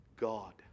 God